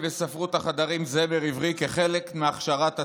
בספרות החדרים זמר עברי כחלק מהכשרת הצוערים.